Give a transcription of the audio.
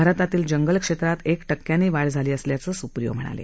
भारतातील जंगल क्षेत्रात एक टक्क्यांनी वाढ झाली असल्याचं स्प्रियो म्हणाले